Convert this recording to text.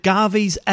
Garveys